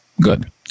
good